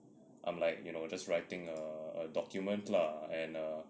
I'm like you know just writing a document lah